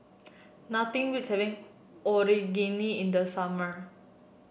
nothing beats having Onigiri in the summer